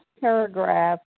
paragraph